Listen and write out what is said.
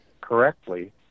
correctly